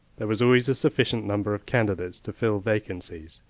there was always a sufficient number of candidates to fill vacancies.